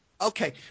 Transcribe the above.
Okay